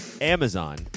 amazon